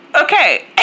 Okay